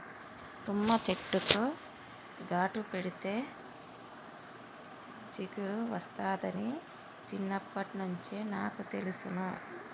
తుమ్మ చెట్టుకు ఘాటు పెడితే జిగురు ఒస్తాదని చిన్నప్పట్నుంచే నాకు తెలుసును